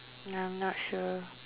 no I'm not sure